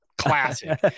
classic